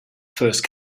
first